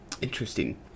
Interesting